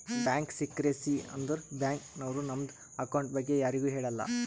bank secrecy ಅಂದುರ್ bank ನವ್ರು ನಮ್ದು ಅಕೌಂಟ್ ಬಗ್ಗೆ ಯಾರಿಗು ಹೇಳಲ್ಲ